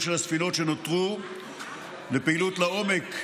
של הספינות שנותרו לפעילות לעומק,